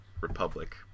Republic